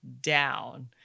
down